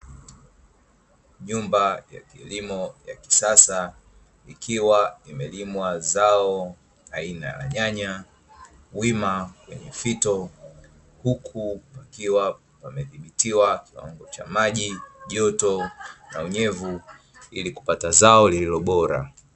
Nyumba ya kilimo ya kisasa ikiwa imelimwa zao aina ya nyanya, wima kwenye fito. Huku kukiwa kumedhibitiwa kiwango cha maji, joto na unyevu; ili kupata zao lililo bora.